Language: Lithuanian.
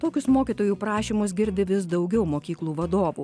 tokius mokytojų prašymus girdi vis daugiau mokyklų vadovų